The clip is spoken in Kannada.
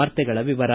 ವಾರ್ತೆಗಳ ವಿವರ